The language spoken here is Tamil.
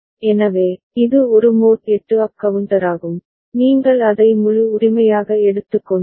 எனவே இது ஒரு மோட் 8 அப் கவுண்டராகும் நீங்கள் அதை முழு உரிமையாக எடுத்துக் கொண்டால்